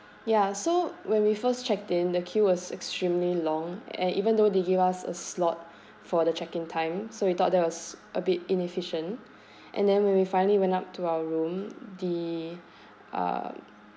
ya so when we first checked in the queue was extremely long and even though they give us a slot for the check in time so we thought that was a bit inefficient and then when we finally went up to our room the um